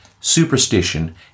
superstition